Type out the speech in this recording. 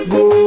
go